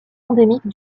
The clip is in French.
endémiques